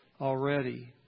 already